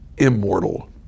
Immortal